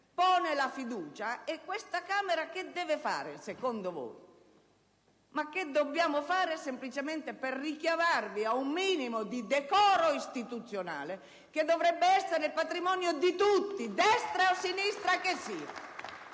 pone la fiducia. E questa Camera che deve fare, secondo voi? Ma che dobbiamo fare semplicemente per richiamarvi ad un minimo di decoro istituzionale che dovrebbe essere nel patrimonio di tutti, destra o sinistra che sia?